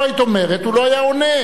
לא היית אומרת, הוא לא היה עונה.